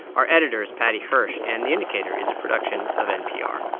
our editor is paddy hirsch. and the indicator is a production of npr